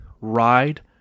ride